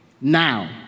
now